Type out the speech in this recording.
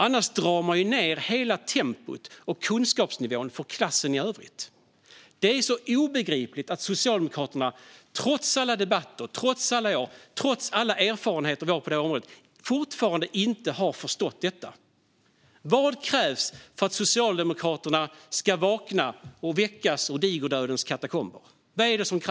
Annars drar man ju ned hela tempot och kunskapsnivån för klassen i övrigt. Det är obegripligt att Socialdemokraterna, trots alla debatter i alla år och trots alla erfarenheter vi har på det här området, fortfarande inte har förstått detta. Vad krävs för att Socialdemokraterna ska väckas ur digerdödens katakomber?